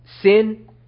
sin